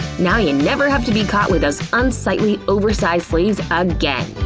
now you never have to be caught with those unsightly oversized sleeves again.